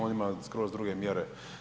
On ima skroz druge mjere.